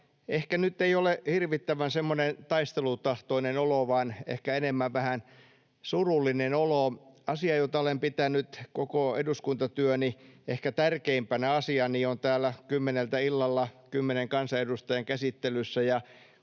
ehkä nyt ei ole semmoinen hirvittävän taistelutahtoinen olo vaan ehkä enemmän vähän surullinen olo. Asia, jota olen pitänyt koko eduskuntatyöni ehkä tärkeimpänä, on täällä kymmeneltä illalla kymmenen kansanedustajan käsittelyssä.